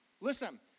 Listen